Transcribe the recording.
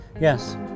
Yes